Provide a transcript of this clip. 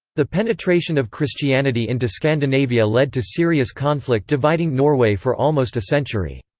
the penetration of christianity into scandinavia led to serious conflict dividing norway for almost a century.